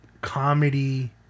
comedy